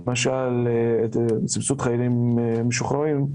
למשל, סבסוד חיילים משוחררים,